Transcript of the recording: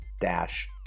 dash